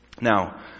Now